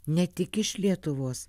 ne tik iš lietuvos